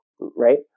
right